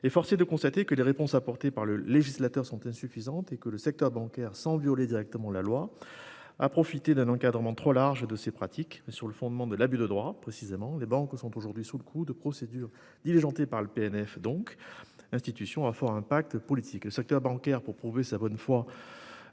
est de constater que les réponses apportées par le législateur sont insuffisantes et que le secteur bancaire, sans violer directement la loi, a profité d'un encadrement trop large de ces pratiques. Sur le fondement, pour être précis, de l'abus de droit, les banques sont actuellement sous le coup de procédures diligentées par le PNF, institution à fort poids politique. Le secteur bancaire, pour prouver sa bonne foi,